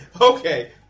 okay